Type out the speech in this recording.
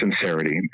sincerity